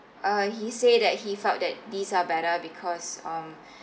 uh he say that he felt that these are better because um